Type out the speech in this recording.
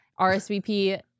rsvp